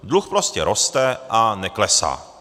Dluh prostě roste a neklesá.